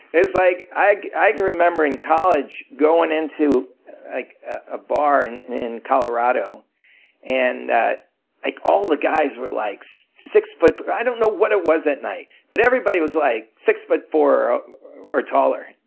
it's like i can remember in college going into a bar and in colorado and like all the guys were like so six foot i don't know what it was at night but everybody was like six foot four or taller,